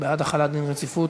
בעד החלת דין רציפות.